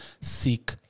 seek